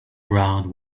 ground